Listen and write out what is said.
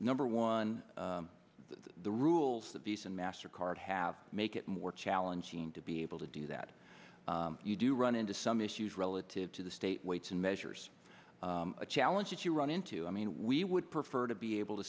number one the rules that visa and master card have make it more challenging to be able to do that you do run into some issues relative to the state weights and measures a challenge that you run into i mean we would prefer to be able to